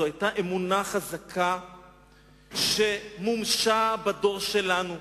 זאת היתה אמונה חזקה שמומשה בדור שלנו.